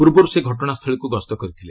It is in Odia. ପୂର୍ବରୁ ସେ ଘଟଣା ସ୍ଥଳୀକୁ ଗସ୍ତ କରିଥିଲେ